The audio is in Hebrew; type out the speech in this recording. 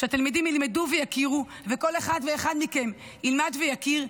שהתלמידים ילמדו ויכירו וכל אחד ואחד מכם ילמד ויכיר,